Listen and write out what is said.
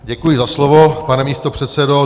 Děkuji za slovo, pane místopředsedo.